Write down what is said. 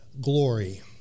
glory